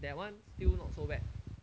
that one still not so bad